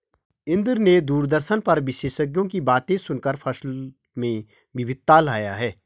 इंद्र ने दूरदर्शन पर विशेषज्ञों की बातें सुनकर फसल में विविधता लाया